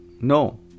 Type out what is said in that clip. no